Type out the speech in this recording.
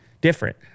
different